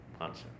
answer